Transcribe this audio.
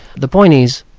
the point is,